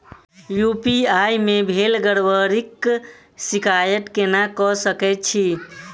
UPI मे भेल गड़बड़ीक शिकायत केना कऽ सकैत छी?